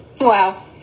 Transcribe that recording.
wow